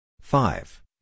Five